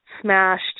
smashed